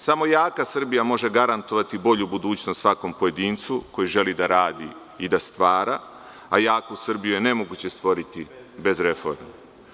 Samo jaka Srbija može garantovati bolju budućnost svakom pojedincu koji želi da radi i da stvara, a jaku Srbiju je nemoguće stvoriti bez reformi.